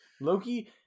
Loki